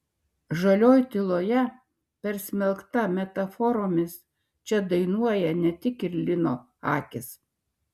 žalioj tyloje persmelkta metaforomis čia dainuoja net ir lino akys